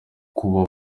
kuba